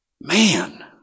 man